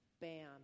Bam